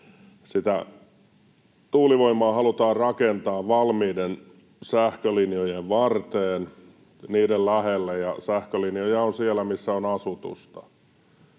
tuulivoimaa halutaan rakentaa valmiiden sähkölinjojen varteen, niiden lähelle, ja sähkölinjoja on siellä, missä on asutusta.